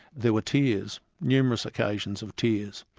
there were tears, numerous occasions of tears,